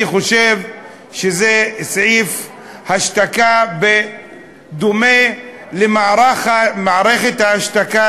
אני חושב שזה סעיף השתקה בדומה למערכת ההשתקה